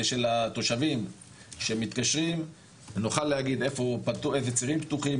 שלתושבים שמתקשרים נוכל להגיד איזה צירים פתוחים,